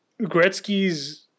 gretzky's